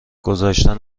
گذاشتن